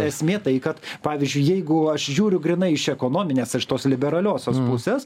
esmė tai kad pavyzdžiui jeigu aš žiūriu grynai iš ekonominės iš tos liberaliosios pusės